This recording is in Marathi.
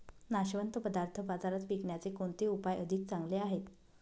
नाशवंत पदार्थ बाजारात विकण्याचे कोणते उपाय अधिक चांगले आहेत?